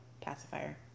pacifier